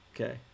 Okay